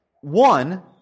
One